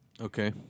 Okay